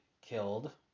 killed